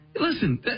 Listen